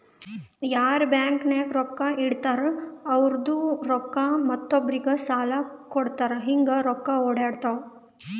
ಯಾರ್ ಬ್ಯಾಂಕ್ ನಾಗ್ ರೊಕ್ಕಾ ಇಡ್ತಾರ ಅವ್ರದು ರೊಕ್ಕಾ ಮತ್ತೊಬ್ಬರಿಗ್ ಸಾಲ ಕೊಡ್ತಾರ್ ಹಿಂಗ್ ರೊಕ್ಕಾ ಒಡ್ಯಾಡ್ತಾವ